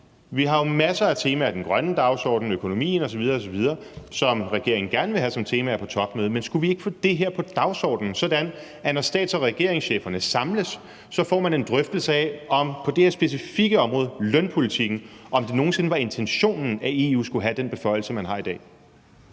Vi har jo masser af temaer – den grønne dagsorden, økonomien osv. osv. – som regeringen gerne vil have som temaer på topmødet. Men skulle vi ikke få det her på dagsordenen, sådan at når stats- og regeringscheferne samles, så får de en drøftelse af, om det, hvad angår det her specifikke område, lønpolitikken, nogen sinde var intentionen, at EU skulle have den beføjelse, man har i dag?